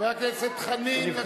חבר הכנסת חנין.